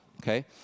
Okay